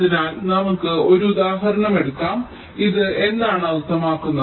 അതിനാൽ നമുക്ക് ഒരു ഉദാഹരണം എടുക്കാം ഇത് എന്താണ് അർത്ഥമാക്കുന്നത്